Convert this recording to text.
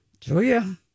Julia